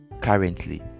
currently